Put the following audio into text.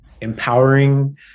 empowering